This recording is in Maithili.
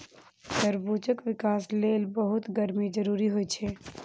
तरबूजक विकास लेल बहुत गर्मी जरूरी होइ छै